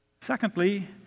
Secondly